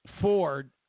Ford